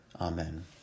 Amen